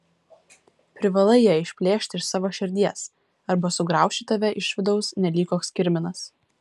privalai ją išplėšti iš savo širdies arba sugrauš ji tave iš vidaus nelyg koks kirminas